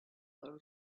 low